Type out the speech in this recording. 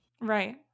Right